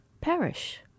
perish